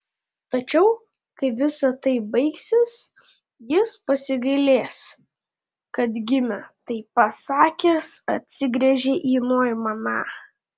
tačiau kai visa tai baigsis jis pasigailės kad gimė tai pasakęs atsigręžė į noimaną